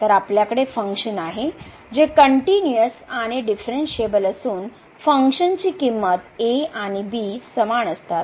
तर आपल्याकडे फंक्शन आहे जे कनट्युनिअस आणि डीफरनशिएबल असून फंक्शन ची किंमत a आणि b समान असतात